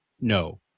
No